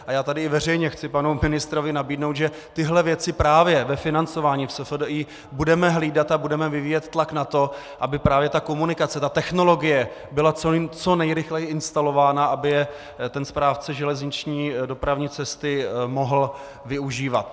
A já tady chci veřejně chci panu ministrovi nabídnout, že tyhle věci právě ve financování v SFDI budeme hlídat a budeme vyvíjet tlak na to, aby právě komunikace, ta technologie byla právě co nejrychleji instalována, aby je ten Správce železniční dopravní cesty mohl využívat.